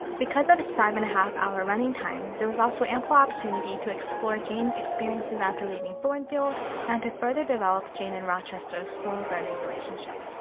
because of its five-and-a-half hour running time, there was also ample opportunity to explore jane's experiences after leaving thornfield and to further develop jane and rochester's slow-burning relationship.